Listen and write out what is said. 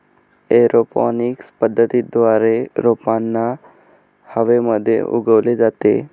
aeroponics पद्धतीद्वारे रोपांना हवेमध्ये उगवले जाते